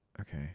Okay